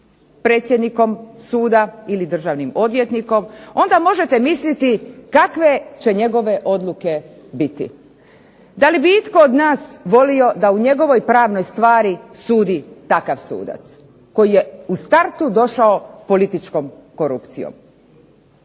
predsjednikom suda ili državnim odvjetnikom, onda možete misliti kakve će njegove odluke biti. Da li itko od nas da u njegovoj pravnoj stvari sudi takav sudac, koji je u startu došao političkom korupcijom?